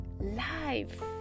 life